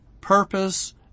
purpose